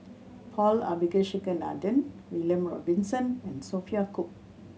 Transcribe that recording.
Paul Abisheganaden William Robinson and Sophia Cooke